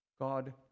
God